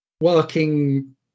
working